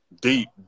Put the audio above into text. deep